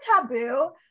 taboo